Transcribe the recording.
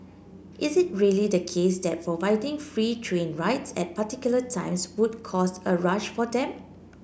is it really the case that providing free train rides at particular times would cause a rush for them